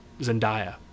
Zendaya